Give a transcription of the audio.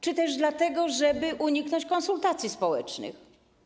Czy dlatego, żeby uniknąć konsultacji społecznych?